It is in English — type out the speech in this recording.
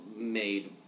made